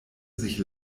sich